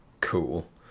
cool